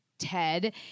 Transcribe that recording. Ted